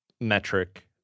metric